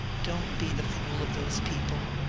don't be the fool of those people!